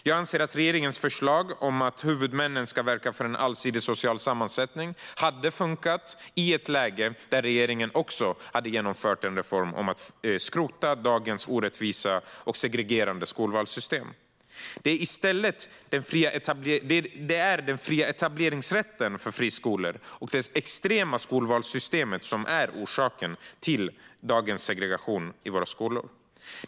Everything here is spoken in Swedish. Jag anser att regeringens förslag om att huvudmännen ska verka för en allsidig social sammansättning hade funkat i ett läge där regeringen också hade genomfört en reform om att skrota dagens orättvisa och segregerande skolvalssystem. Det är den fria etableringsrätten för friskolor och det extrema skolvalssystemet som är orsaken till dagens segregation i våra skolor.